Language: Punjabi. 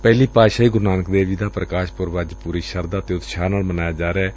ਪਹਿਲੀ ਪਾਤਸ਼ਾਹੀ ਗੁਰੂ ਨਾਨਕ ਦੇਵ ਜੀ ਦਾ ਪ੍ਰਕਾਸ਼ ਪੁਰਬ ਅੱਜ ਪੂਰੀ ਸ਼ਰਧਾ ਅਤੇ ਉਤਸ਼ਾਹ ਨਾਲ ਮਨਾਇਆ ਜਾ ਰਿਹੈ